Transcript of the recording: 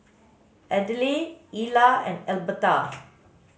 Adelle Ila and Alberta